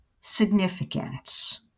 significance